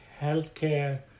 healthcare